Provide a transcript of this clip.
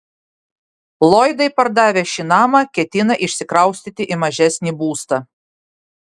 lloydai pardavę šį namą ketina išsikraustyti į mažesnį būstą